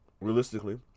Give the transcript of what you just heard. Realistically